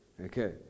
Okay